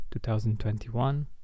2021